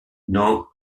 dans